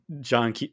john